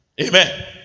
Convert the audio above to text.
Amen